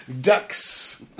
Ducks